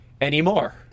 Anymore